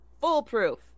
foolproof